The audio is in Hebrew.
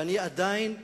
ואני עדיין מייחל,